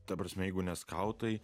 ta prasme jeigu ne skautai